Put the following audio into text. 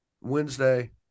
Wednesday